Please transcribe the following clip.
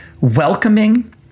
welcoming